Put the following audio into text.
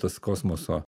tas kosmoso